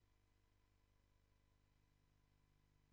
רבותי חברי הכנסת, תם סדר-היום.